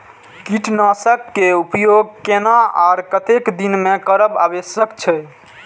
कीटनाशक के उपयोग केना आर कतेक दिन में करब आवश्यक छै?